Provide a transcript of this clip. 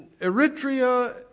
Eritrea